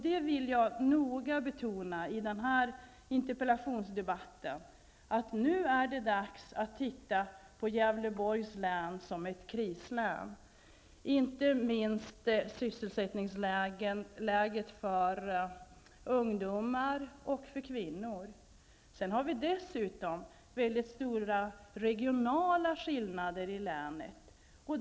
Jag vill noga betona i den här interpellationsdebatten att det nu är dags att titta på Gävleborgs län som ett krislän, inte minst i fråga om sysselsättningsläget för ungdomar och för kvinnor. De regionala skillnaderna i länet är dessutom stora.